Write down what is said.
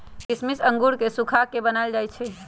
किशमिश अंगूर के सुखा कऽ बनाएल जाइ छइ